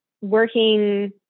working